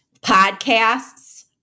podcasts